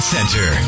Center